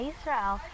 Israel